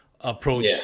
approach